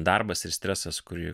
darbas ir stresas kurį